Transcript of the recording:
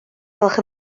gwelwch